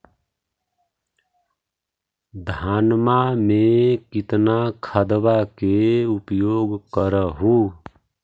धानमा मे कितना खदबा के उपयोग कर हू?